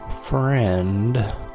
friend